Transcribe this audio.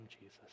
Jesus